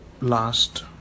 last